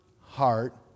heart